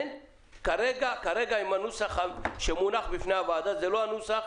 כרגע, עם הנוסח שמונח בפני הוועדה, זה לא הנוסח.